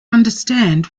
understand